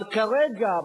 אבל כרגע,